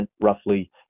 roughly